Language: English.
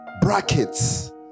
brackets